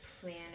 plan